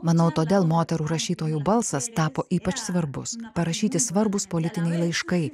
manau todėl moterų rašytojų balsas tapo ypač svarbus parašyti svarbūs politiniai laiškai